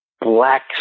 black